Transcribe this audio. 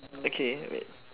okay wait